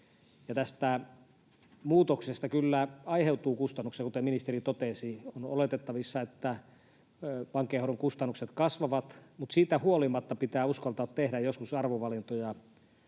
Tästä muutoksesta kyllä aiheutuu kustannuksia, kuten ministeri totesi. On oletettavissa, että vankeinhoidon kustannukset kasvavat, mutta siitä huolimatta pitää uskaltaa tehdä joskus arvovalintoja.